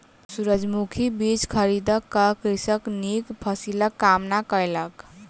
सूरजमुखी बीज खरीद क कृषक नीक फसिलक कामना कयलक